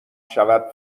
شود